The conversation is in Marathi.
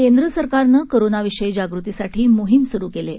केंद्र सरकारनं कोरोनाविषयी जागृतीसाठी मोहीम सुरु केली आहे